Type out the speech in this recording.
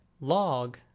log